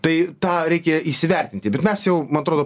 tai tą reikia įsivertinti bet mes jau man atrodo